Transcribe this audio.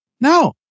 No